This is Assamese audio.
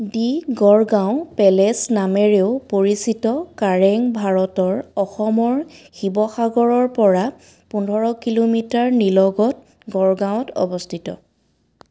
দি গড়গাঁও পেলেচ নামেৰেও পৰিচিত কাৰেং ভাৰতৰ অসমৰ শিৱসাগৰৰপৰা পোন্ধৰ কিলোমিটাৰ নিলগত গড়গাঁৱত অৱস্থিত